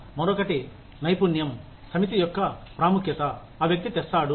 మరొకటి నైపుణ్యం సమితి యొక్క ప్రాముఖ్యత ఆ వ్యక్తి తెస్తాడు